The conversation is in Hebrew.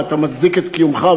ואתה מצדיק את קיומך,